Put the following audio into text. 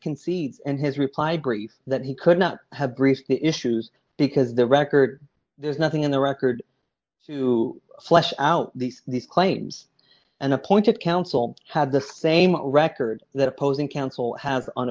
concedes and his reply brief that he could not have briefed the issues because the record there's nothing in the record to flesh out these these claims and appointed counsel had the same record that opposing counsel ha